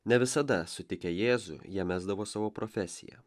ne visada sutikę jėzų jie mesdavo savo profesiją